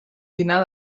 dinar